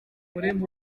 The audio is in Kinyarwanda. w’umwana